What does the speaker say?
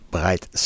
Bright